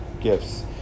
gifts